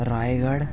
رائے گڑھ